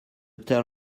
tell